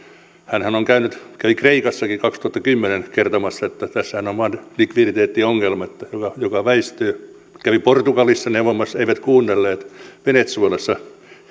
hänhän on käynyt kreikassakin kaksituhattakymmenen kertomassa että tässähän on vain likviditeettiongelma joka joka väistyy hän kävi portugalissa neuvomassa eivät kuunnelleet venezuelassa